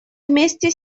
вместе